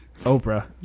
Oprah